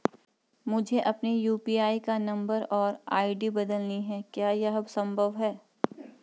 मुझे अपने यु.पी.आई का नम्बर और आई.डी बदलनी है क्या यह संभव है?